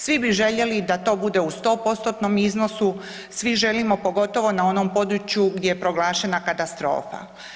Svi bi željeli da to bude u 100%-tnom iznosu, svi želimo pogotovo na onom području gdje je proglašena katastrofa.